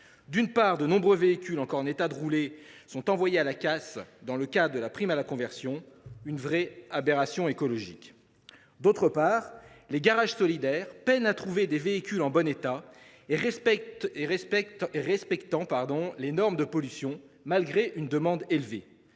D’une part, de nombreux véhicules encore en état de rouler sont envoyés à la casse, dans le cadre de la prime à la conversion, ce qui constitue une véritable aberration écologique. D’autre part, les garages solidaires peinent à trouver des véhicules en bon état et respectant les normes de pollution, malgré une demande élevée.